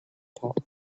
top